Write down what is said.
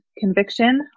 conviction